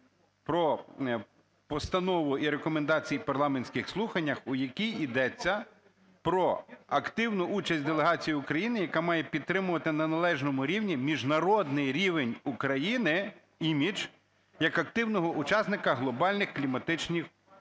про постанову і Рекомендації парламентських слухань, у якій йдеться про активну участь делегації України, яка має підтримувати на належному рівні міжнародний рівень України, імідж, як активного учасника глобальних кліматичних заходів.